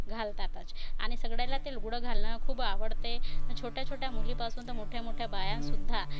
घालतातच आणि सगळ्याला ते लुगडं घालणं खूप आवडते छोट्या छोट्या मुलीपासून तर मोठ्या मोठ्या बायांसुद्धा